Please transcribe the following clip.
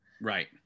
Right